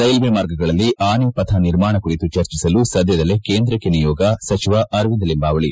railway ಮಾರ್ಗಗಳಲ್ಲಿ ಆನೆ ಪಥ ನಿರ್ಮಾಣ ಕುರಿತು ಚರ್ಚಿಸಲು ಸದ್ಯದಲ್ಲೇ ಕೇಂದ್ರಕ್ಕೆ ನಿಯೋಗ ಸಚಿವ ಅರವಿಂದ ಲಿಂಬಾವಳಿ